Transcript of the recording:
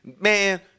Man